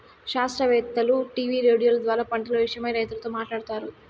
శాస్త్రవేత్తలు టీవీ రేడియోల ద్వారా పంటల విషయమై రైతులతో మాట్లాడుతారు